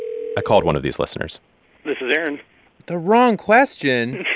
i called one of these listeners this is aaron the wrong question?